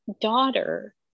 daughter